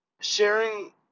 sharing